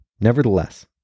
Nevertheless